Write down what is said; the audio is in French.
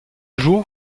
jour